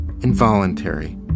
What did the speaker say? involuntary